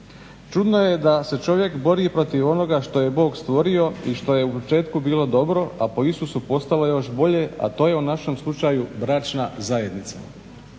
Čudno je da se čovjek bori protiv onoga što je Bog stvorio i što je u početku bilo dobro, a po Isusu postalo još bolje, a to je u našem slučaju bračna zajednica.